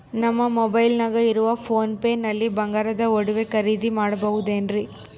ನಮ್ಮ ಮೊಬೈಲಿನಾಗ ಇರುವ ಪೋನ್ ಪೇ ನಲ್ಲಿ ಬಂಗಾರದ ಒಡವೆ ಖರೇದಿ ಮಾಡಬಹುದೇನ್ರಿ?